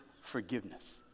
forgiveness